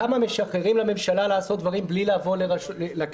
כמה משחררים לממשלה לעשות דברים בלי לבוא לכנסת.